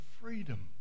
freedom